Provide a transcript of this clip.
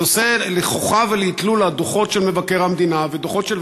זה עושה חוכא ואטלולא מדוחות של מבקר המדינה ודוחות של